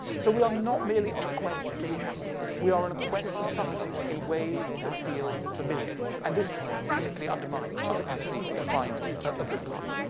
so we are not merely on a quest to be happy. we are on a quest to suffer in ways that feel familiar, and this radically undermines our capacity to find a good partner.